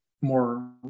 more